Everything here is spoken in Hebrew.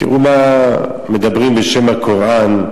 תראו מה מדברים בשם הקוראן,